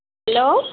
hello